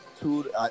two